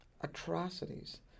atrocities